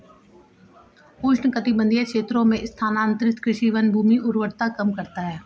उष्णकटिबंधीय क्षेत्रों में स्थानांतरित कृषि वनभूमि उर्वरता कम करता है